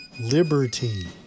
liberty